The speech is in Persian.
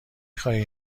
خواهی